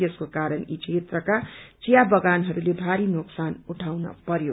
यसको कारण यी क्षेत्रामा चिया बगानहरूले भारी नोक्सान उइाउन पर्यो